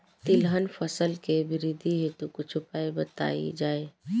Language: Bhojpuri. तिलहन फसल के वृद्धी हेतु कुछ उपाय बताई जाई?